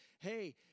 hey